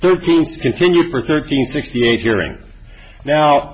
thirteen continue for thirty sixty eight hearing now